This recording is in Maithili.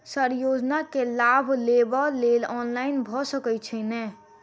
सर योजना केँ लाभ लेबऽ लेल ऑनलाइन भऽ सकै छै नै?